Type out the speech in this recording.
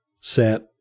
set